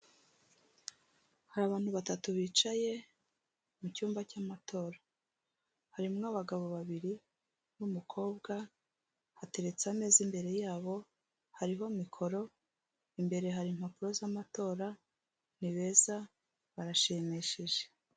Hari abantu batatu bicaye mu cyumba cy'amatora, harimwo abagabo babiri n'umukobwa hateretse ameza imbere yabo hariho mikoro imbere hari impapuro z'amatora ni beza barashimishije.